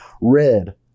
red